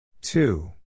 Two